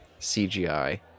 CGI